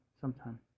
sometime